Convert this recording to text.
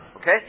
Okay